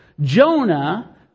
Jonah